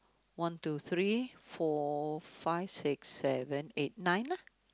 one two three four five six seven eight nine lah